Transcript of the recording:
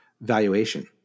valuation